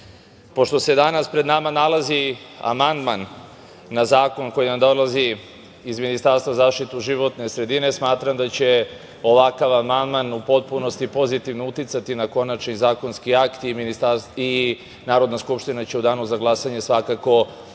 pošto se danas pred nama nalazi amandman na zakon koji nam dolazi iz Ministarstva za zaštitu životne sredine, smatram da će ovakav amandman u potpunosti pozitivno uticati na konačni zakonski akt i Narodna skupština će u danu za glasanje svakako podržati